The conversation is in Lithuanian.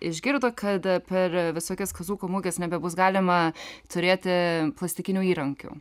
išgirdo kad per visokias kaziuko muges nebebus galima turėti plastikinių įrankių